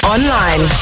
Online